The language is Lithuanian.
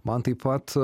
man taip pat